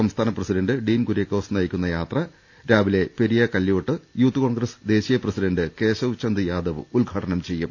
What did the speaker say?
സംസ്ഥാന പ്രസിഡന്റ് ഡീൻ കുര്യാക്കോസ് നയിക്കുന്ന യാത്ര രാവിലെ പെരിയ കല്ല്യോട്ട് യൂത്ത് കോൺഗ്രസ് ദേശീയ പ്രസിഡന്റ് കേശവ് ചന്ദ് യാദവ് ഉദ്ഘാടനം ചെയ്യും